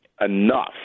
enough